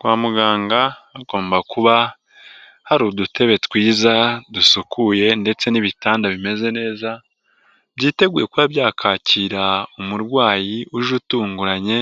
Kwa muganga hagomba kuba hari udutebe twiza, dusukuye ndetse n'ibitanda bimeze neza, byiteguye kuba byakakira umurwayi uje utunguranye,